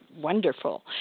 wonderful